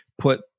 put